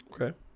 Okay